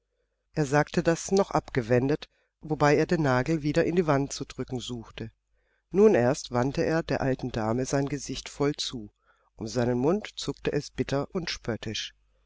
er sagte das noch abgewendet wobei er den nagel wieder in die wand zu drücken suchte nun erst wandte er der alten dame sein gesicht voll zu um seinen mund zuckte es bitter und spöttisch